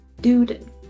Dude